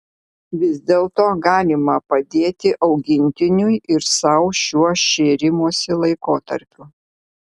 vis dėlto galima padėti augintiniui ir sau šiuo šėrimosi laikotarpiu